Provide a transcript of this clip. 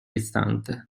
istante